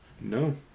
No